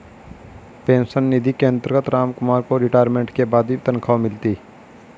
pension निधि के अंतर्गत रामकुमार को रिटायरमेंट के बाद भी तनख्वाह मिलती